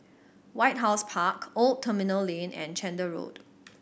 White House Park Old Terminal Lane and Chander Road